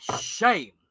Shame